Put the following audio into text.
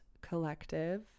Collective